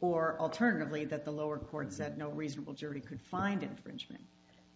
or alternatively that the lower courts that no reasonable jury could find infringement